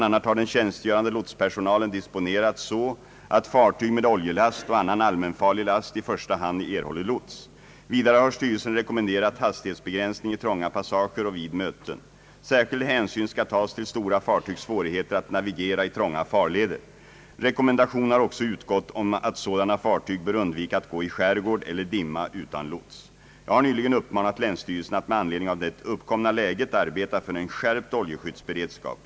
a. har den tjänstgörande lotspersonalen disponerats så, att fartyg med oljelast och annan allmänfarlig last i första hand erhåller lots. Vidare har styrelsen rekommenderat hastighetsbegränsning i trånga passager och vid möten. Särskild hänsyn skall tas till stora fartygs svårigheter att navi gera i trånga farleder. Rekommendation har också utgått om att sådana fartyg bör undvika att gå i skärgård eller dimma utan lots. Jag har nyligen uppmanat länsstyrelserna att med anledning av det uppkomna läget arbeta för en skärpt oljeskyddsberedskap.